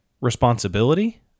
responsibility